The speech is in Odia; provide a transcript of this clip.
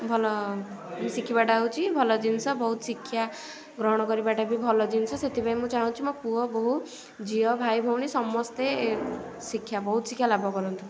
ଭଲ ଶିଖିବା ଟା ହେଉଛି ଭଲ ଜିନିଷ ବହୁତ ଶିକ୍ଷା ଗ୍ରହଣ କରିବା ଟା ବି ବହୁତ ଭଲ ଜିନିଷ ସେଥିପାଇଁ ମୁଁ ଚାହୁଁଛି ମୋ ପୁଅ ବହୁ ଝିଅ ଭାଇ ଭଉଣୀ ସମସ୍ତେ ଶିକ୍ଷା ବହୁତ ଶିକ୍ଷା ଲାଭ କରନ୍ତୁ